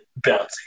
Bouncy